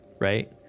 right